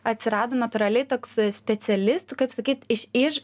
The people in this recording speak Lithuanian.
atsirado natūraliai toks specialistų kaip sakyt iš